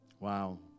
Wow